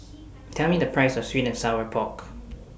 Tell Me The Price of Sweet and Sour Pork